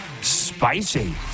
Spicy